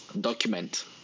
document